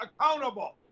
accountable